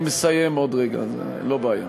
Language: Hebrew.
אני מסיים עוד רגע, זאת לא בעיה.